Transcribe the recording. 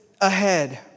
ahead